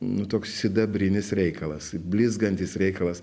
nu toks sidabrinis reikalas blizgantis reikalas